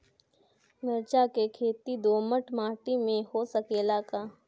मिर्चा के खेती दोमट माटी में हो सकेला का?